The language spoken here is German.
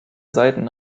seiten